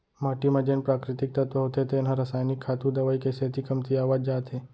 माटी म जेन प्राकृतिक तत्व होथे तेन ह रसायनिक खातू, दवई के सेती कमतियावत जात हे